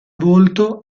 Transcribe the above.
volto